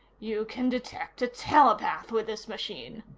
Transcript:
you can detect a telepath with this machine.